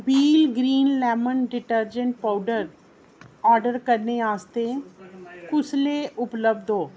wheel green lemon detergent powder order करने आस्तै कुसलै उपलब्ध होग